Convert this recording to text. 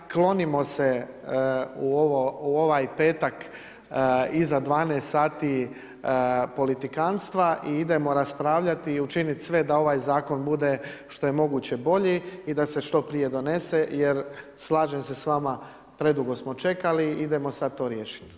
Klonimo se u ovaj petak iza 12 sati politikantstva i idemo raspravljati i učiniti sve da ovaj zakon bude što je moguće bolji i da se što prije donese, jer slažem se sa vama predugo smo čekali, idemo sad to riješiti.